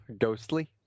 ghostly